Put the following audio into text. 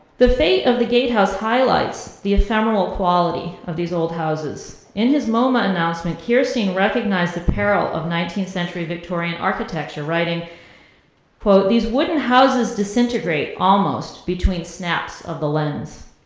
the fate of the gate house highlights the ephemeral quality of these old houses. in his moma announcement, kirstein recognized the peril of nineteenth century victorian architecture, writing quote, these wooden houses disintegrate almost between snaps of the lens.